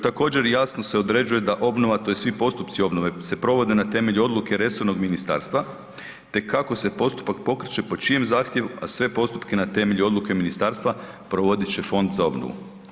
Također, jasno se određuje da obnova tj. svi postupci obnove se provede na temelju odluke resornom ministarstva te kako se postupak pokreće, po čijem zahtjevu, a sve postupke na temelju odluke ministarstva provodit će Fond za obnovu.